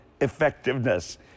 effectiveness